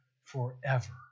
forever